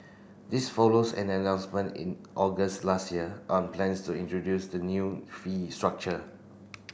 this follows an announcement in August last year on plans to introduce the new fee structure